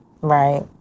Right